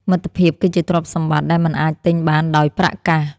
មិត្តភាពគឺជាទ្រព្យសម្បត្តិដែលមិនអាចទិញបានដោយប្រាក់កាស។